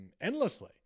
endlessly